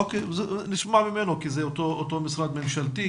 אוקיי, נשמע ממנו כי זה אותו משרד ממשלתי.